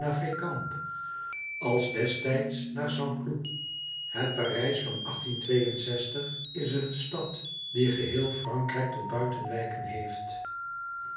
als destijds naar st cloud het parijs van is een stad die geheel frankrijk tot buitenwijken heeft